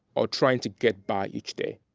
or trying to get by each day.